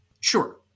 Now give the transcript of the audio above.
Sure